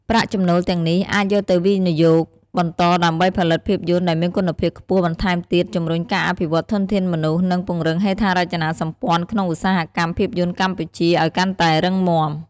ប្រាក់ចំណូលទាំងនេះអាចយកទៅវិនិយោគបន្តដើម្បីផលិតភាពយន្តដែលមានគុណភាពខ្ពស់បន្ថែមទៀត ជំរុញការអភិវឌ្ឍធនធានមនុស្ស និងពង្រឹងហេដ្ឋារចនាសម្ព័ន្ធក្នុងឧស្សាហកម្មភាពយន្តកម្ពុជាឱ្យកាន់តែរឹងមាំ។